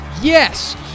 Yes